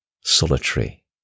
solitary